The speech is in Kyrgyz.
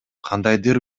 кандайдыр